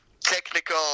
technical